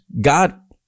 God